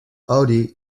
audi